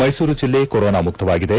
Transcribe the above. ಮೈಸೂರು ಜಿಲ್ಲೆ ಕೊರೋನಾ ಮುಕ್ತವಾಗಿದೆ